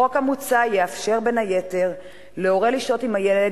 החוק המוצע יאפשר בין היתר להורה לשהות עם הילד